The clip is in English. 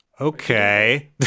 okay